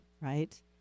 right